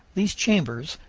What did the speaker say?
these chambers,